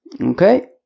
okay